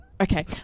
Okay